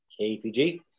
KPG